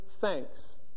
thanks